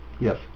Yes